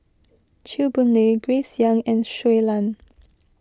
Chew Boon Lay Grace Young and Shui Lan